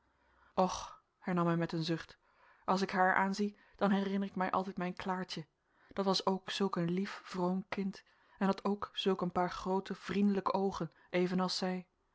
och hernam hij met een zucht als ik haar aanzie dan herinner ik mij altijd mijn klaartje dat was ook zulk een lief vroom kind en had ook zulk een paar groote vriendelijke oogen evenals zij